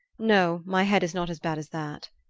no my head is not as bad as that.